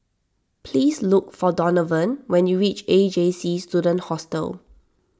please look for Donavon when you reach A J C Student Hostel